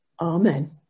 Amen